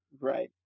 right